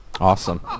Awesome